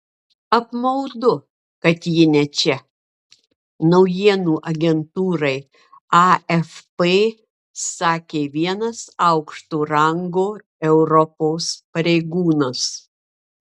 apmaudu kad ji ne čia naujienų agentūrai afp sakė vienas aukšto rango europos pareigūnas